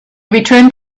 returned